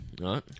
right